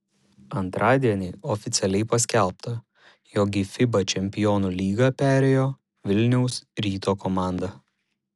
antradienį oficialiai paskelbta jog į fiba čempionų lygą perėjo vilniaus ryto komanda